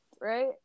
right